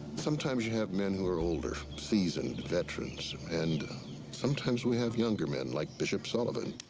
sometimes you have men who are older, seasoned, veterans, and sometimes we have younger men, like bishop sullivan.